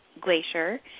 Glacier